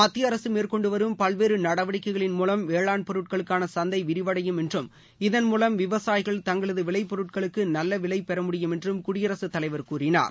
மத்திய அரசு மேற்கொண்டு வரும் பல்வேறு நடவடிக்கைகளின் மூலம் வேளாண் பொருட்களுக்கான சந்தை விரிவடையும் என்றும் இதன் மூலம் விவசாயிகள் தங்களது விளைபொருட்களுக்கு நல்ல விலை பெற முடியும் என்றும் குடியரசு தலைவர் கூறினார்